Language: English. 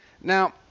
Now